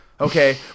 Okay